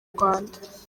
rwanda